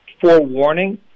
forewarning